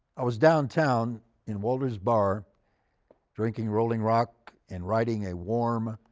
i was downtown in walder's bar drinking rolling rock and riding a warm,